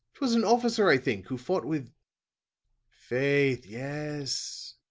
twas an officer, i think, who fought with faith, yes,